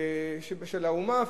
של האומה,